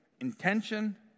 intention